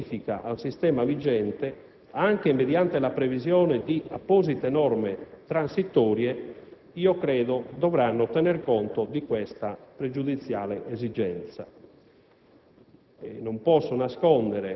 Interventi di modifica al sistema vigente, anche mediante la previsione di apposite norme transitorie, credo dovranno tenere conto di questa pregiudiziale esigenza.